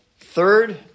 Third